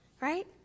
Right